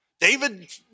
David